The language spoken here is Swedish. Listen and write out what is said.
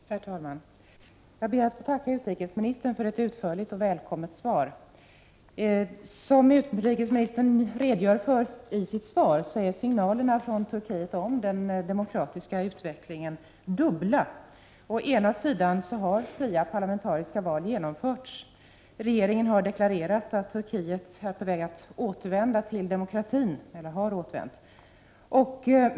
Herr talman! Jag ber att få tacka utrikesministern för ett utförligt och välkommet svar. Som utrikesministern redogör för i sitt svar, är signalerna från Turkiet om den demokratiska utvecklingen dubbla. Å ena sidan har fria parlamentariska val genomförts. Regeringen har deklarerat att Turkiet har återvänt till demokratin.